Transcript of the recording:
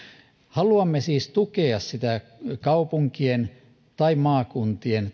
haluamme siis tukea sitä kaupunkien maakuntien